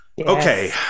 Okay